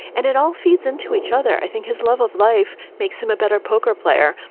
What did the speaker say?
and it all feeds into each other. i think his love of life makes him a better poker player.